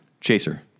Chaser